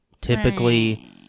Typically-